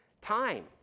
time